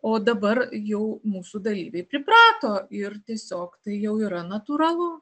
o dabar jau mūsų dalyviai priprato ir tiesiog tai jau yra natūralu